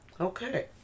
Okay